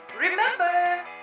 Remember